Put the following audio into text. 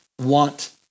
want